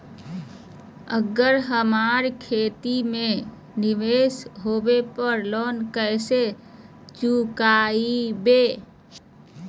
अगर हमरा खेती में निवेस होवे पर लोन कैसे चुकाइबे?